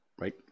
right